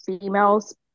females